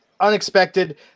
unexpected